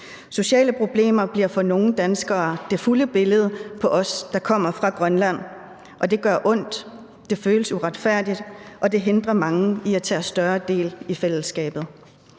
Sociale problemer bliver for nogle danskere det fulde billede af os, der kommer fra Grønland, og det gør ondt. Det føles uretfærdigt, og det hindrer mange i at tage større del i fællesskabet.